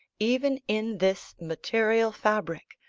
even in this material fabric,